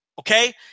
Okay